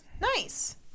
Nice